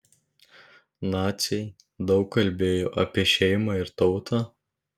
naciai daug kalbėjo apie šeimą ir tautą